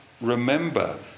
remember